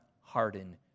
harden